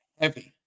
heavy